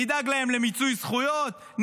נדאג להם למיצוי זכויות,